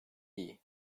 iyi